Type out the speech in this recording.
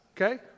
okay